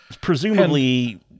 Presumably